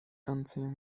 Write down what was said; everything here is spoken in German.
anziehung